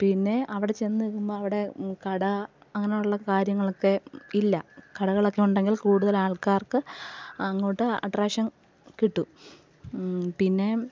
പിന്നെ അവിടെ ചെന്ന് നിൽക്കുമ്പം അവിടെ കട അങ്ങനെയുള്ള കാര്യങ്ങളൊക്കെ ഇല്ല കഥകളൊക്കെ ഉണ്ടെങ്കിൽ കൂടുതൽ ആൾക്കാർക്ക് അങ്ങോട്ട് അട്ട്രാക്ഷൻ കിട്ടും പിന്നെ